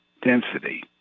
density